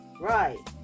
right